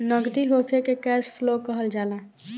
नगदी होखे के कैश फ्लो कहल जाला